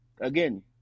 again